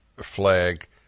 flag